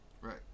right